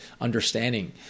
understanding